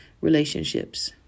relationships